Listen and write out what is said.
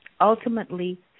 ultimately